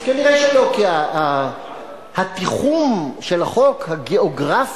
כי התיחום של החוק, הגיאוגרפי,